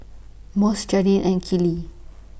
Mose Jadyn and Keely